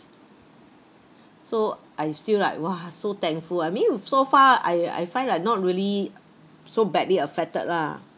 so I feel like !wah! so thankful I mean so far I I find like not really so badly affected lah